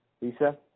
Lisa